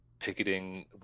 picketing